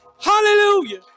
Hallelujah